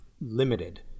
limited